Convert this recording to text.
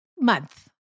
month